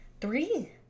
three